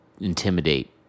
intimidate